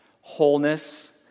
wholeness